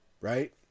Right